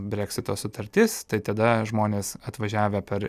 breksito sutartis tai tada žmonės atvažiavę per